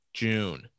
june